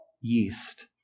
yeast